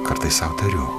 kartais sau tariu